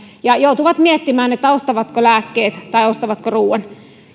ja joutuvat miettimään ostavatko lääkkeet vai ostavatko ruoan